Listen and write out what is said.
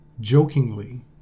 jokingly